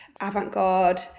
avant-garde